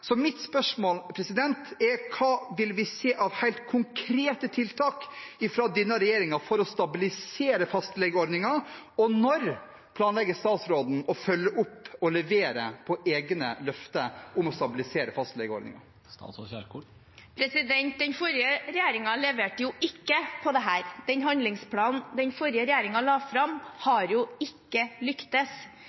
Så mitt spørsmål er: Hva vil vi se av helt konkrete tiltak fra denne regjeringen for å stabilisere fastlegeordningen? Og når planlegger statsråden å følge opp og levere på egne løfter om å stabilisere fastlegeordningen? Den forrige regjeringen leverte jo ikke på dette. Den handlingsplanen den forrige regjeringen la fram, har ikke lyktes.